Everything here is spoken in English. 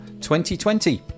2020